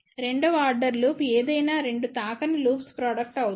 రెండవ order loop ఏదైనా 2 తాకని లూప్స్ ప్రాడక్ట్ అవుతుంది